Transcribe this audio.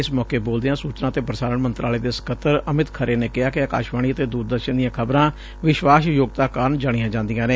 ਇਸ ਮੌਕੇ ਬੋਲਦਿਆਂ ਸੁਚਨਾ ਤੇ ਪ੍ਰਸਾਰਣ ਮੰਤਰਾਲੇ ਦੇ ਸਕੱਤਰ ਅਮਿਤ ਖਰੇ ਨੇ ਕਿਹਾ ਕਿ ਅਕਾਸ਼ਵਾਣੀ ਅਤੇ ਦੂਰਦਰਸ਼ਨ ਦੀਆ ਖ਼ਬਰਾ ਵਿਸਵਾਸ਼ ਯੋਗਤਾ ਕਾਰਨ ਜਾਣੀਆ ਜਾਂਦੀਆ ਨੇ